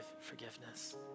forgiveness